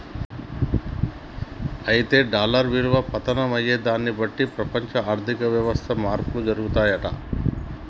అయితే డాలర్ విలువ పతనం అయ్యేదాన్ని బట్టి ప్రపంచ ఆర్థిక వ్యవస్థలు మార్పులు జరుపుతాయంట